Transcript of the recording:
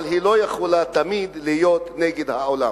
אבל היא לא יכולה תמיד להיות נגד העולם.